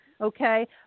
okay